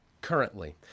currently